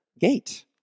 Gate